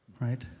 right